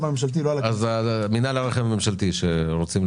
סעיף 25001. הרשות לניצולי שואה.